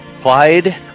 Clyde